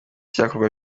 icyakorwa